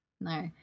No